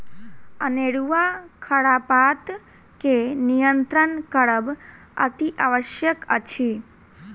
अनेरूआ खरपात के नियंत्रण करब अतिआवश्यक अछि